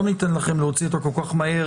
לא ניתן לכם להוציא אותה כל כך מהר,